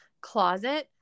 Closet